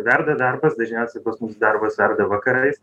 verda darbas dažniausiai pas mus darbas verda vakarais